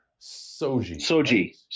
Soji